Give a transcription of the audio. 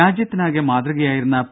രാജ്യത്തിനാകെ മാതൃകയായിരുന്ന പി